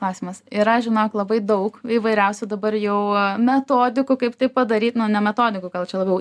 klausimas yra žinok labai daug įvairiausių dabar jau metodikų kaip tai padaryt nu ne metodikų gal čia labiau